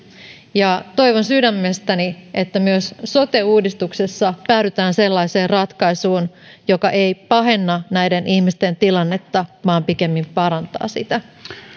toivon sydämestäni että myös sote uudistuksessa päädytään sellaiseen ratkaisuun joka ei pahenna näiden ihmisten tilannetta vaan pikemminkin parantaa sitä myönnän